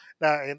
Now